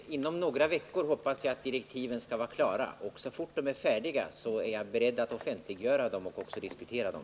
Herr talman! Inom några veckor hoppas jag direktiven skall vara klara. Så snart de är färdiga, är jag beredd att offentliggöra dem och även diskutera dem.